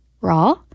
raw